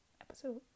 episode